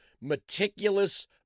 meticulous